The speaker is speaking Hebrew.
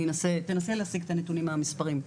אני אנסה להשיג את הנתונים המספריים.